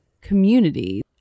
community